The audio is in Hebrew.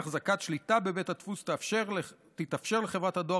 החזקת שליטה בבית דפוס תתאפשר לחברת הדואר